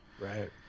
Right